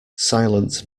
silent